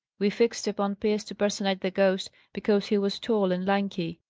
we fixed upon pierce to personate the ghost because he was tall and lanky.